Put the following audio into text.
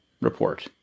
report